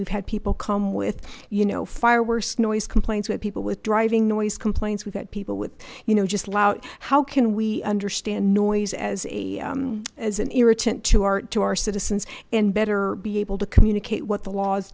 we've had people come with you know fire worse noise complaints with people with driving noise complaints we've had people with you know just loud how can we understand noise as a as an irritant to our to our citizens and better be able to communicate what the laws